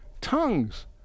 tongues